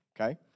okay